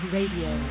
Radio